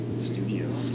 studio